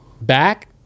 back